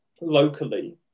locally